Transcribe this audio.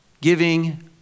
giving